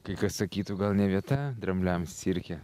kai kas sakytų gal ne vieta drambliams cirke